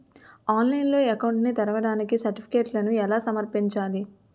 ఆన్లైన్లో అకౌంట్ ని తెరవడానికి సర్టిఫికెట్లను ఎలా సమర్పించాలి?